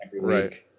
Right